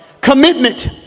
Commitment